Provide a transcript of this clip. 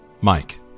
Mike